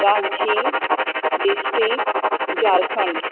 Ranchi district Jharkhand